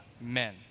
men